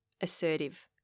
assertive